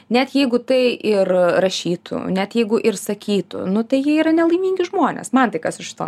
net jeigu tai ir rašytų net jeigu ir sakytų nu tai jie yra nelaimingi žmonės man tai kas iš to